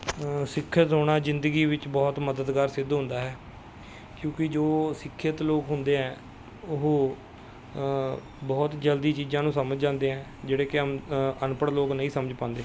ਸਿੱਖਿਅਤ ਹੋਣਾ ਜ਼ਿੰਦਗੀ ਵਿੱਚ ਬਹੁਤ ਮਦਦਗਾਰ ਸਿੱਧ ਹੁੰਦਾ ਹੈ ਕਿਉਂਕਿ ਜੋ ਸਿੱਖਿਅਤ ਲੋਕ ਹੁੰਦੇ ਹੈ ਉਹ ਬਹੁਤ ਜਲਦੀ ਚੀਜ਼ਾਂ ਨੂੰ ਸਮਝ ਜਾਂਦੇ ਹੈ ਜਿਹੜੇ ਕਿ ਅਨਪੜ੍ਹ ਲੋਕ ਨਹੀਂ ਸਮਝ ਪਾਉਂਦੇ